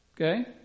Okay